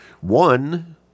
One